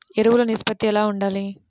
ఎరువులు నిష్పత్తి ఎలా ఉండాలి?